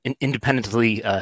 independently